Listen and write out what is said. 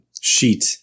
sheet